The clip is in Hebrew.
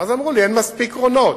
ואז אמרו לי: אין מספיק קרונות.